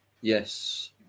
Yes